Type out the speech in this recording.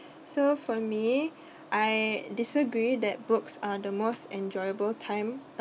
so for me I disagree that books are the most enjoyable time uh